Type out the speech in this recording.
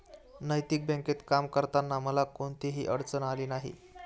नैतिक बँकेत काम करताना मला कोणतीही अडचण आली नाही